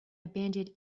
abandoned